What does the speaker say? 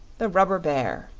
the rubber bear.